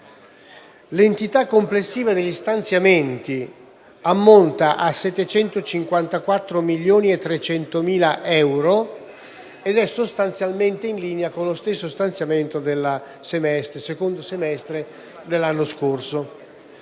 L'entità complessiva degli stanziamenti ammonta a 754 milioni e 300.000 euro ed è sostanzialmente in linea con lo stesso stanziamento del secondo semestre dell'anno scorso.